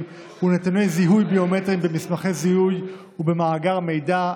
ולנתוני זיהוי ביומטריים במסמכי זיהוי ובמאגר המידע,